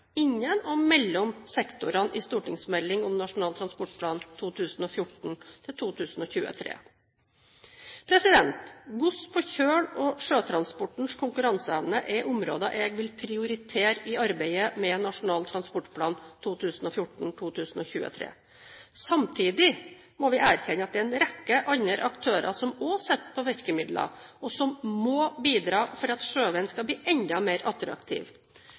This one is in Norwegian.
innen og mellom sektorene i stortingsmeldingen om Nasjonal transportplan 2014–2023. Gods på kjøl og sjøtransportens konkurranseevne er områder jeg vil prioritere i arbeidet med Nasjonal transportplan 2014–2023. Samtidig må vi erkjenne at det er en rekke andre aktører som også sitter på virkemidler, og som må bidra for at sjøveien skal bli enda mer attraktiv.